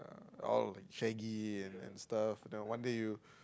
oh shaggy and and stuff one day you